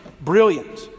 brilliant